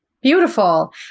Beautiful